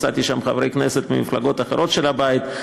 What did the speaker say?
מצאתי שם חברי כנסת ממפלגות אחרות של הבית,